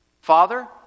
Father